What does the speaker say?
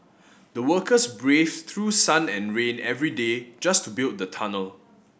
the workers brave through sun and rain every day just to build the tunnel